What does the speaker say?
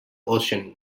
ocean